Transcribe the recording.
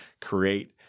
create